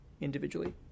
individually